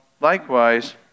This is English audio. likewise